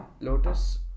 Lotus